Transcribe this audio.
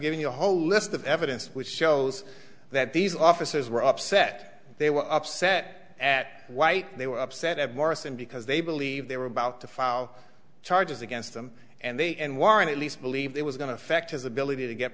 giving you a whole list of evidence which shows that these officers were upset they were upset at white they were upset at morrison because they believed they were about to file charges against them and they and warren at least believed it was going to affect his ability to get